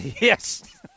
Yes